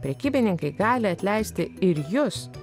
prekybininkai gali atleisti ir jus